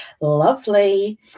lovely